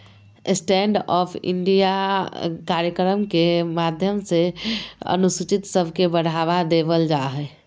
stand up India कार्यक्रम के माध्यम से अनुसूचित सब के बढ़ावा देवल जा हय